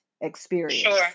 experience